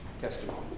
testimony